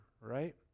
right